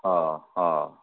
हा हा